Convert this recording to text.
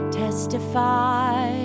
testify